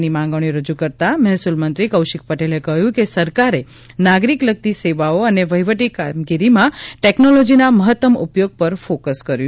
ની માંગણીઓ રજૂ કરતાં મહેસૂલ મંત્રી કૌશિક પટેલે કહ્યું કે સરકારે નાગરિક લગતી સેવાઓ અને વહીવટી કામગીરીમાં ટેકનોલોજીના મહત્તમ ઉપયોગ પર ફોક્સ કર્યું